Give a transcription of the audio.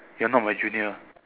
you're not my junior